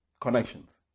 connections